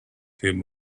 him